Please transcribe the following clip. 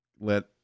let